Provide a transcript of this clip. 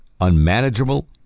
unmanageable